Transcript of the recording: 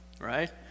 right